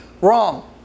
wrong